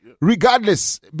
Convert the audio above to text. regardless